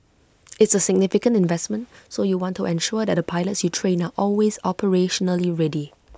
it's A significant investment so you want to ensure that the pilots you train are always operationally ready